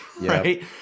Right